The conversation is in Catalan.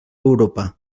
europa